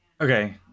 okay